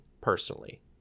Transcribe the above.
personally